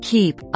Keep